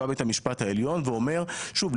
בא בית המשפט העליון ואמר שוב,